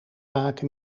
maken